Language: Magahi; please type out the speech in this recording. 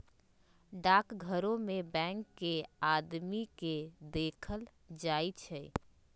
डाकघरो में बैंक के आदमी के देखल जाई छई